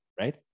Right